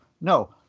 No